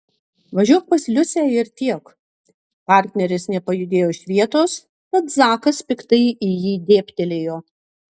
važiuok pas liusę ir tiek partneris nepajudėjo iš vietos tad zakas piktai į jį dėbtelėjo